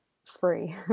free